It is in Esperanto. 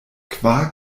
kvar